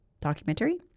documentary